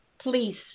Please